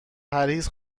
پرهیز